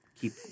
keep